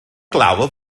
glaw